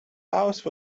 house